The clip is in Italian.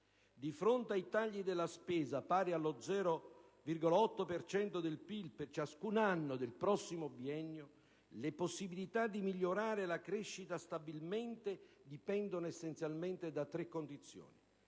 Di fronte a tagli della spesa pari allo 0,8 per cento del PIL per ciascun anno del prossimo di biennio, le possibilità di migliorare la crescita stabilmente dipendono essenzialmente da tre condizioni: